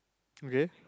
okay